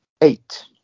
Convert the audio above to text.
eight